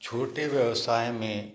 छोटे व्यवसाय में